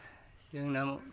जोंनाव